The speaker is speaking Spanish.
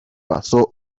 basó